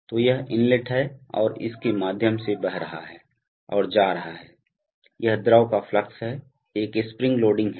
तो यह इनलेट है और इस के माध्यम से बह रहा है और जा रहा है यह द्रव का फ्लक्स है एक स्प्रिंग लोडिंग है